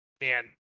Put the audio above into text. Man